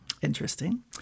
Interesting